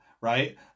right